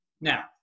Now